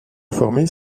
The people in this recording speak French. former